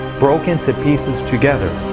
broken to pieces together.